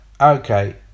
okay